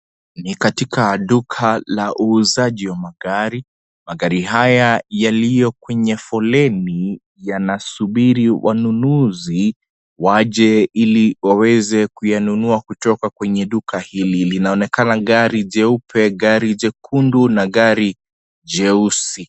Ni katika duka la uuzaji wa magari, magari haya yaliyo kwenye foleni Yana subiri wanunuzi waaje ili yaweze kununua kutoka kwenye duka hili. Linaonekana gari jeupe , gari jekundu na gari jeusi.